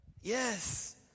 Yes